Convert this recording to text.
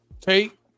Tate